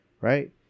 right